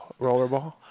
Rollerball